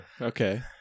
Okay